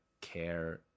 care